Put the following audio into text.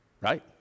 right